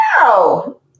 No